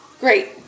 Great